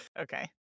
Okay